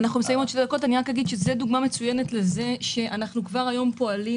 זו דוגמה מצוינת לכך שאנחנו כבר היום פועלים